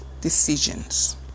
decisions